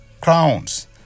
crowns